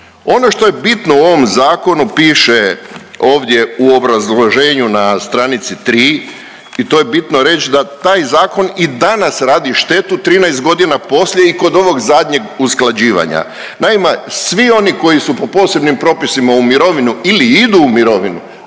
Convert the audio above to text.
Ono što je bitno u ovom zakonu piše ovdje u obrazloženju na stranici 3 i to je bitno reći da taj zakon i danas radi štetu 13 godina poslije i kod ovog zadnjeg usklađivanja. Naime, svi oni koji su po posebnim propisima u mirovinu ili idu u mirovinu